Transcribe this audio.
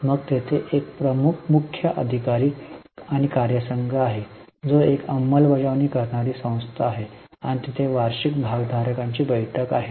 मग तेथे एक मुख्य कार्यकारी अधिकारी आणि कार्यसंघ आहे जो एक अंमलबजावणी करणारी संस्था आहे आणि तेथे वार्षिक भागधारकांची बैठक आहे